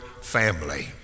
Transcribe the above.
family